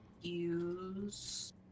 use